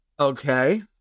Okay